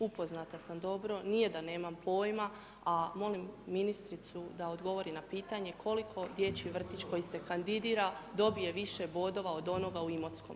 Upoznata sam dobro, nije da nemam pojma, a molim ministricu da odgovori na pitanje koliko dječji vrtić koji se kandidira dobije više bodova od onoga u Imotskom.